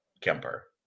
Kemper